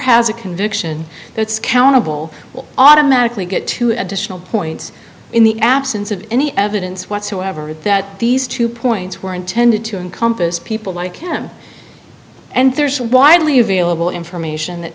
has a conviction that's countable will automatically get two additional points in the absence of any evidence whatsoever that these two points were intended to encompass people like him and there's a widely available information that